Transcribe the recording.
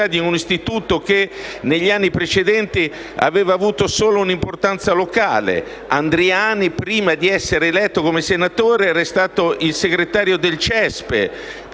di un istituto che, negli anni precedenti, aveva avuto solo un'importanza locale. Silvano Andriani, prima di essere eletto come senatore, era stato il segretario del CESPE: